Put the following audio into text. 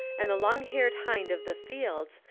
and the long-haired hind of the fields,